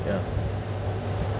ya